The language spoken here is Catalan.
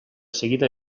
seguida